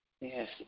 Yes